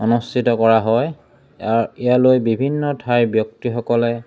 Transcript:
অনুষ্ঠিত কৰা হয় আৰু ইয়ালৈ বিভিন্ন ঠাইৰ ব্যক্তিসকলে